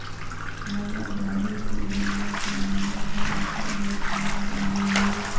मोला गाड़ी के बीमा कराना हे ओकर बार कहा जाना होही?